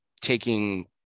taking